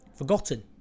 forgotten